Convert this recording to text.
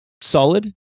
solid